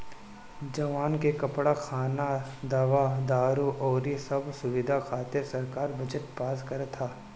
जवान के कपड़ा, खाना, दवा दारु अउरी सब सुबिधा खातिर सरकार बजट पास करत ह